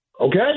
okay